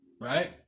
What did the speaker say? right